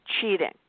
cheating